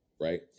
right